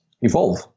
evolve